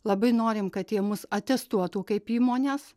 labai norim kad jie mus atestuotų kaip įmones